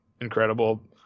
incredible